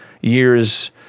years